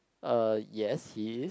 uh yes he is